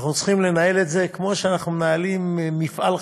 אנחנו צריכים לנהל את זה כמו שאנחנו מנהלים מפעל חיים,